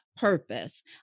Purpose